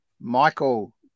michael